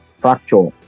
fracture